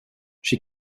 she